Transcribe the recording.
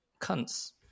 cunts